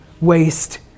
waste